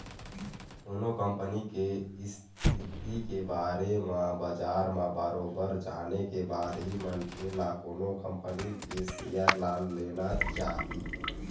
कोनो कंपनी के इस्थिति के बारे म बजार म बरोबर जाने के बाद ही मनखे ल कोनो कंपनी के सेयर ल लेना चाही